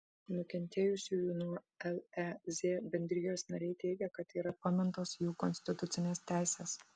nukentėjusiųjų nuo lez bendrijos nariai teigia kad yra pamintos jų konstitucinės teisės